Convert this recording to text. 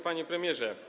Panie Premierze!